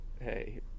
hey